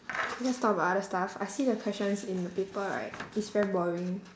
let's talk about other stuff I see the questions in the paper right it's very boring